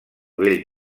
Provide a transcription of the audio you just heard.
bell